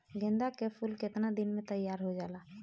गेंदा के फूल केतना दिन में तइयार हो जाला?